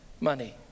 money